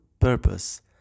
purpose